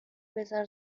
بزار